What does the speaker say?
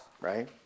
right